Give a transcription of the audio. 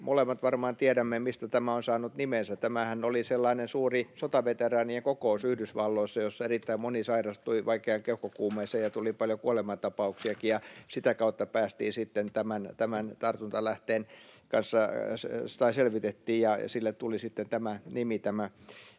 Molemmat varmaan tiedämme, mistä tämä on saanut nimensä. Sehän oli sellainen suuri sotaveteraanien kokous Yhdysvalloissa, jossa erittäin moni sairastui vaikeaan keuhkokuumeeseen ja tuli paljon kuolemantapauksiakin, ja sitä kautta tartuntalähde selvitettiin ja sille tuli sitten tämä nimi